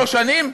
שלוש שנים?